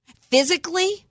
physically